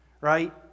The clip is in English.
Right